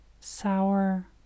Sour